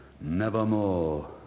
nevermore